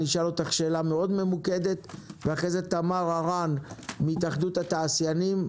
נשאל אותך שאלה מאוד ממוקדת ואחרי זה תמר הרן מהתאחדות התעשיינים,